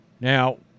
Now